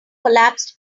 collapsed